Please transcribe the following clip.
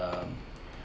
um